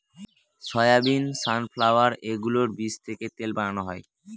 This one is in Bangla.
সয়াবিন, সানফ্লাওয়ার এগুলোর বীজ থেকে তেল বানানো হয়